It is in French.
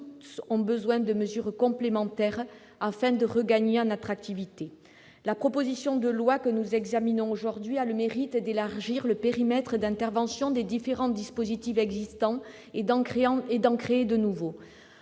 ont besoin de mesures complémentaires afin de regagner en attractivité. La proposition de loi que nous examinons aujourd'hui a le mérite d'élargir le périmètre d'intervention des différents dispositifs existants et d'en créer de nouveaux.